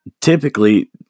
Typically